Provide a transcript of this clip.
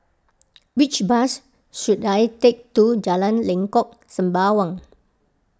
which bus should I take to Jalan Lengkok Sembawang